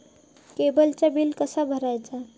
केबलचा बिल कसा भरायचा?